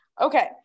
Okay